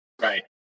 Right